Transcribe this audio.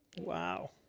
Wow